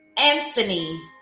Anthony